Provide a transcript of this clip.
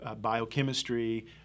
biochemistry